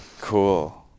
cool